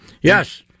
Yes